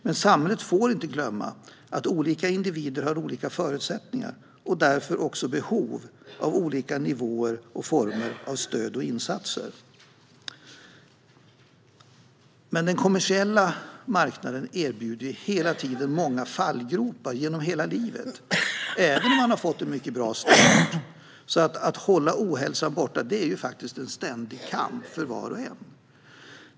Men samhället får inte glömma att olika individer har olika förutsättningar och därför behov av olika nivåer och former av stöd och insatser. Den kommersiella marknaden erbjuder många fallgropar genom hela livet även för den som fått en bra start. Att hålla ohälsan borta är en ständig kamp för var och en.